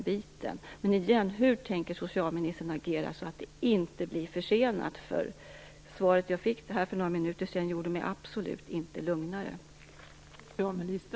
Men återigen: Hur tänker socialministern agera så att det inte blir försenat? Svaret jag fick för några minuter sedan gjorde mig absolut inte lugnare.